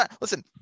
listen